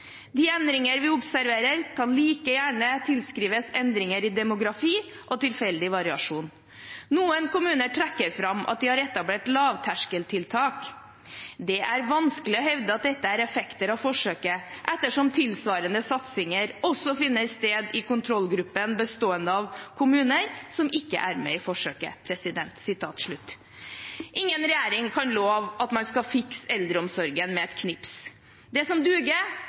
tilskrives endringer i demografi og tilfeldige variasjoner. Noen kommuner trekker fram at de har etablert lavterskeltiltak. Det er vanskelig å hevde at dette er effekter av forsøket, ettersom tilsvarende satsinger også finner sted i kontrollgruppen bestående av kommuner som ikke er med i forsøket.» Ingen regjering kan love at man skal fikse eldreomsorgen med et knips. Det som duger,